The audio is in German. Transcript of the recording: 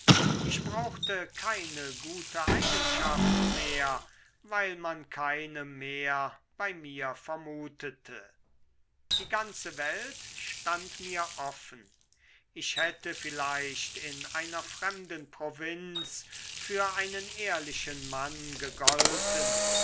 ich brauchte keine gute eigenschaft mehr weil man keine mehr bei mir vermutete die ganze welt stand mir offen ich hätte vielleicht in einer fremden provinz für einen ehrlichen mann gegolten